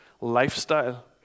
lifestyle